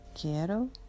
quiero